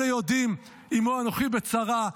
אלה יודעים "עמו אנֹכי בצרה",